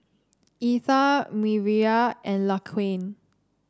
Etha Mireya and Laquan